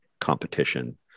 competition